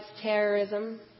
terrorism